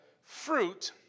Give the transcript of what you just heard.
fruit